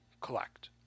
collect